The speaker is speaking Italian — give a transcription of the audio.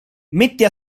mette